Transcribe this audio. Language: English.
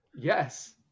Yes